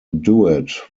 duet